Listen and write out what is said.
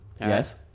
Yes